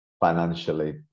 financially